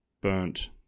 burnt